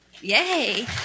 Yay